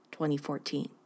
2014